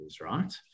right